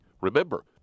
remember